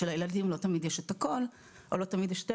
שלילדים לא תמיד יש את הקול או את היכולת.